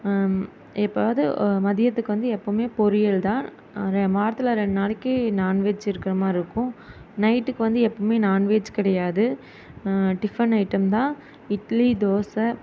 எப்போவாவது மதியத்துக்கு வந்து எப்போதுமே பொரியல் தான் வாரத்தில் ரெண்டு நாளைக்கு நான்வெஜ் இருக்கிற மாதிரி இருக்கும் நைட்டுக்கு வந்து எப்போதுமே நான்வெஜ் கிடையாது டிஃபன் ஐட்டம் தான் இட்லி தோசை